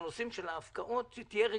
בנושא ההפקעות, שתהיה רגישות.